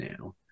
now